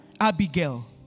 Abigail